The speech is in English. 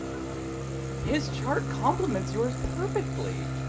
his chart complements yours perfectly.